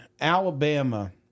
Alabama –